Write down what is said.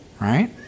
right